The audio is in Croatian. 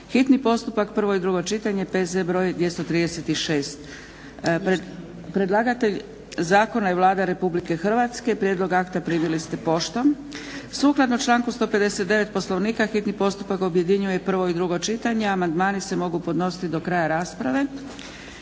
hitni postupak, prvo i drugo čitanje, P.Z. br. 236 Predlagatelj zakona je Vlada RH. Prijedlog akta primili ste poštom. sukladno članku 159. Poslovnika hitni postupak objedinjuje prvo i drugo čitanje, a amandmani se mogu podnositi do kraja rasprave.